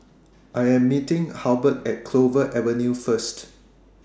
I Am meeting Halbert At Clover Avenue First